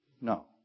No